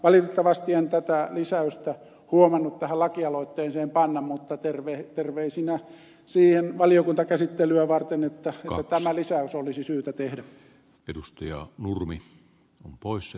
valitettavasti en tätä lisäystä huomannut tähän lakialoitteeseen panna mutta terveisinä valiokuntakäsittelyä varten totean että tämä lisäys olisi syytä tehdä